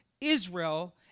Israel